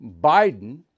Biden